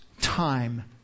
Time